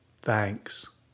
thanks